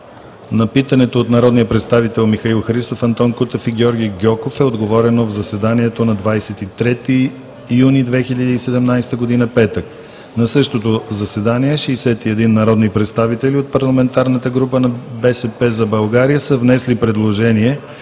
На питането от народния представител Михаил Христов, Антон Кутев и Георги Гьоков е отговорено в заседанието на 23 юни 2017 г., петък. На същото заседание 61 народни представители от парламентарната група на „БСП за България“ са внесли предложение